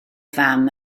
fam